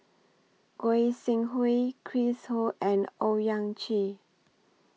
Goi Seng Hui Chris Ho and Owyang Chi